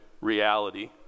reality